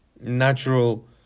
natural